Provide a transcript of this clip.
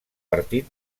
partit